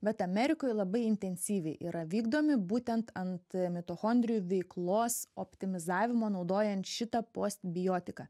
bet amerikoj labai intensyviai yra vykdomi būtent ant mitochondrijų veiklos optimizavimo naudojant šitą postbiotiką